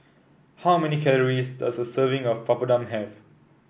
how many calories does a serving of Papadum have